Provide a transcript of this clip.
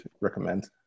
recommend